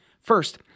First